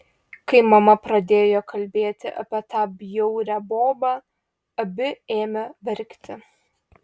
kai mama pradėjo kalbėti apie tą bjaurią bobą abi ėmė verkti